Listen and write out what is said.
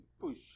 push